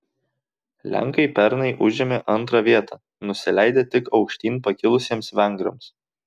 lenkai pernai užėmė antrą vietą nusileidę tik aukštyn pakilusiems vengrams